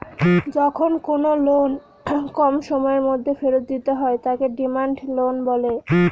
যখন কোনো লোন কম সময়ের মধ্যে ফেরত দিতে হয় তাকে ডিমান্ড লোন বলে